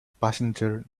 passenger